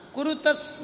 Kurutas